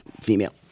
female